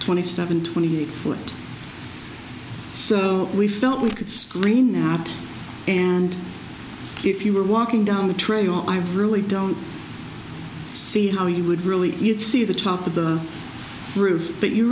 twenty seven twenty eight or so we felt we could screen out and if you were walking down the trail i really don't see how you would really you'd see the top of the roof but you